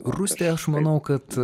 rūsti aš manau kad